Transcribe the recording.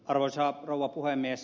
arvoisa rouva puhemies